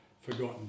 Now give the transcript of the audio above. forgotten